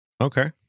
Okay